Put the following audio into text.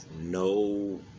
no